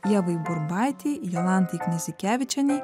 ievai burbaitei jolantai knizikevičienei